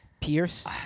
Pierce